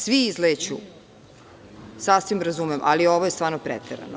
Svi izleću, sasvim razumem, ali ovo je stvarno preterano.